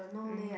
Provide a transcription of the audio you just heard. um